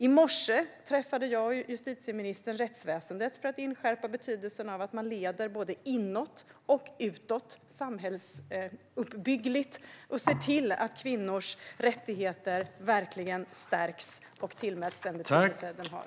I morse träffade jag och justitieministern rättsväsendet för att inskärpa betydelsen av att man leder både inåt och utåt samhällsuppbyggligt och ser till att kvinnors rättigheter verkligen stärks och tillmäts den betydelse de har.